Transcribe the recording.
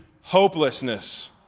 hopelessness